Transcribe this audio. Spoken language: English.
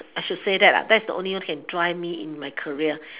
I should say that that's the only year can drive me in my career